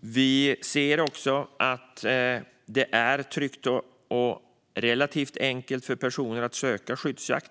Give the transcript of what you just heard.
Vi anser också att det är tryggt och relativt enkelt för personer att ansöka om skyddsjakt.